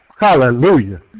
hallelujah